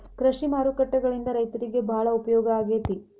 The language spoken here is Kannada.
ಕೃಷಿ ಮಾರುಕಟ್ಟೆಗಳಿಂದ ರೈತರಿಗೆ ಬಾಳ ಉಪಯೋಗ ಆಗೆತಿ